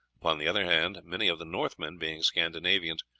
upon the other hand many of the northmen, being scandinavians,